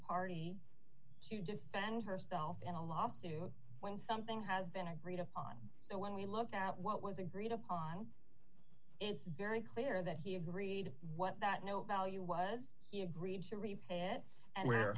party to defend herself in a lawsuit when something has been agreed upon so when we looked at what was agreed upon it's very clear that he agreed what that no value was he agreed to repay it and where